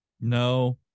No